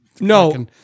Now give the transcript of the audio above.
No